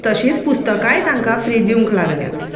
तशींच पुस्तकांय तांकां फ्री दिवंक लागल्यात